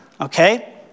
okay